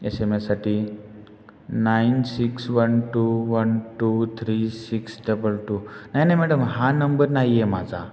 S M एससाठी nine six one two one two three six double two नाही नाही madam हा नंबर नाही आहे माझा